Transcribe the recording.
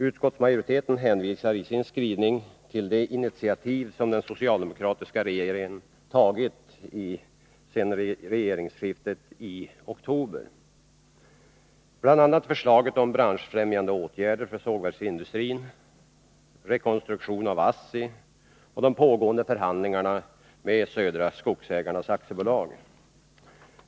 Utskottsmajoriteten hänvisar i sin skrivning till de initiativ som den socialdemokratiska regeringen tagit sedan regeringsskiftet i oktober, bl.a. förslaget om branschfrämjande åtgärder för sågverksindustrin, rekonstruktionen av ASSI och de pågående förhandlingarna med Södra Skogsägarna AB.